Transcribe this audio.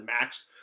max